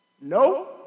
No